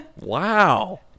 Wow